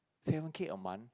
seven K a month